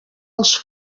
els